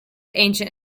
ancient